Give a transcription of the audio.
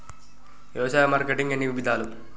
వ్యవసాయ మార్కెటింగ్ ఎన్ని విధాలు?